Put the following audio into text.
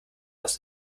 aus